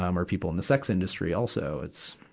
um or people in the sex industry, also, it's,